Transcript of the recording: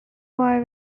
boy